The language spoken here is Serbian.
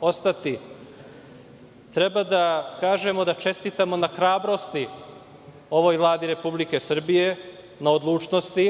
ostati, treba da kažemo i da čestitamo na hrabrosti ovoj Vladi Republike Srbije, na odlučnosti